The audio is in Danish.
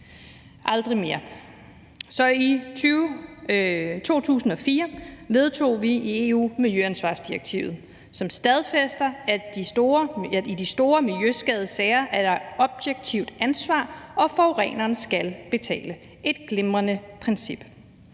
aldrig mere. I 2004 vedtog vi i EU miljøansvarsdirektivet, som stadfæster, at der i de store miljøskadesager er et objektivt ansvar, og at forureneren skal betale – et glimrende princip.